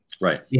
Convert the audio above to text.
Right